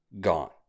gone